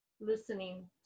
listening